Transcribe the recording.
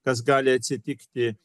kas gali atsitikti